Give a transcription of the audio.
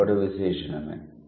అది కూడా విశేషణమే